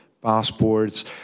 passports